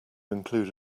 include